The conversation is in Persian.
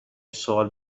سوال